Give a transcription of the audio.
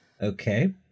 okay